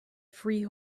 free